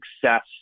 success